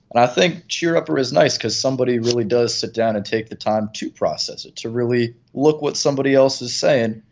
and i think cheerupper is nice because somebody really does sit down and take the time to process it, to really look at what somebody else is saying,